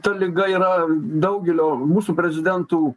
ta liga yra daugelio mūsų prezidentų